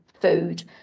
food